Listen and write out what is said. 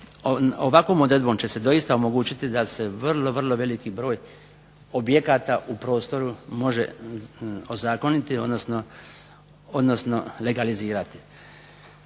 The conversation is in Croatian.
Ovakvom odredbom će se doista omogućiti da se vrlo, vrlo veliki broj objekata u prostoru može ozakoniti, odnosno legalizirati.